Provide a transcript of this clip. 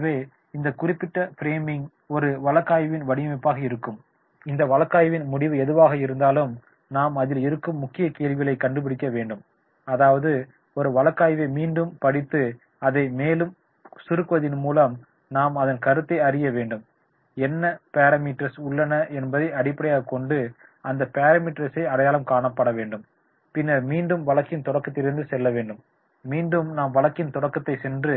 எனவே இந்த குறிப்பிட்ட பிராமிங் ஒரு வழக்காய்வின் வடிவமைப்பாக இருக்கும் இந்த வழக்காய்வின் முடிவு எதுவாக இருந்தாலும் நாம் அதில் இருக்கும் முக்கிய கேள்விகளைக் கண்டுபிடிக்க வேண்டும் அதாவது ஒரு வழக்காய்வை மீண்டும் படித்து அதை மேலும் சுறுக்குவதின் மூலம் நாம் அதன் கருத்தை அறிய வேண்டும் என்ன பாராமீட்டர்ஸ் உள்ளன என்பதை அடிப்படையாகக் கொண்டு அந்த பாராமீட்டர்ஸ் அடையாளம் காணப்பட வேண்டும் பின்னர் மீண்டும் வழக்கின் தொடக்கதிற்கு செல்ல வேண்டும் மீண்டும் நாம் வழக்கின் தொடக்கத்திற்குச் சென்று